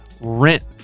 Rent